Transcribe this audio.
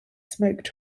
smoked